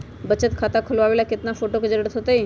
बचत खाता खोलबाबे ला केतना फोटो के जरूरत होतई?